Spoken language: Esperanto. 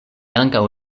ankaŭ